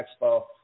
Expo